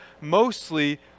mostly